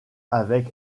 avec